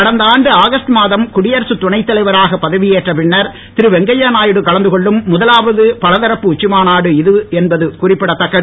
கடந்த ஆண்டு ஆகஸ்ட் மாதம் குடியரசுத் துணைத் தலைவராக பதவியேற்ற பின்னர் வெங்கையநாயுடு கலந்து கொள்ளும் முதலாவது பலதரப்பு உச்சி மாநாடு இதுவே என்பதும் குறிப்பிடத் தக்கது